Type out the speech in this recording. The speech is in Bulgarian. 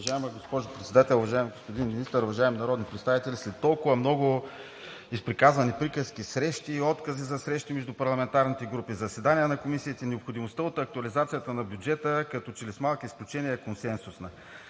Уважаема госпожо Председател, уважаеми господин Министър, уважаеми народни представители! След толкова много изприказвани приказки, срещи и откази за срещи между парламентарните групи, заседания на комисиите, необходимостта от актуализацията на бюджета, като че ли с малки изключения, е консенсусна.